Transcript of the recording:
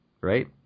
right